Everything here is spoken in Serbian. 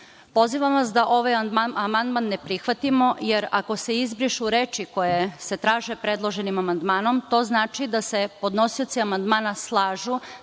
Pozivam vas da ovaj amandman ne prihvatimo, jer ako se izbrišu reči koje se traže predloženim amandmanom, to znači da se podnosioci amandmana slažu